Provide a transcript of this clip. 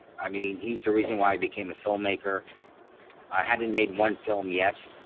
i mean, he's the reason why i became a filmmaker i hadn't made one film yet.